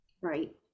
Right